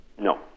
No